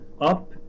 up